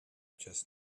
just